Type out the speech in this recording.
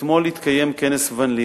אתמול התקיים כנס ון-ליר.